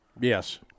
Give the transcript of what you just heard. yes